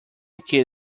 que